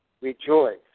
rejoice